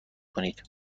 کنید